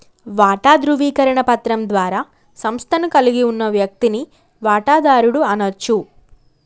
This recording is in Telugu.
వాటా ధృవీకరణ పత్రం ద్వారా సంస్థను కలిగి ఉన్న వ్యక్తిని వాటాదారుడు అనచ్చు